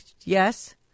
yes